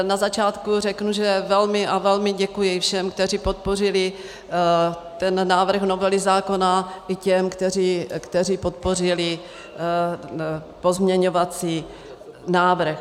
Na začátku řeknu, že velmi a velmi děkuji všem, kteří podpořili návrh novely zákona, i těm, kteří podpořili pozměňovací návrh.